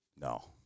No